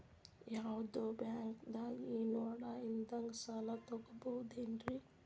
ಯಾವ್ದೋ ಬ್ಯಾಂಕ್ ದಾಗ ಏನು ಅಡ ಇಲ್ಲದಂಗ ಸಾಲ ತಗೋಬಹುದೇನ್ರಿ?